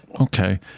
Okay